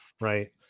right